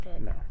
no